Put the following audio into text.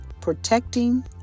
protecting